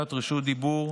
ובקשת רשות דיבור.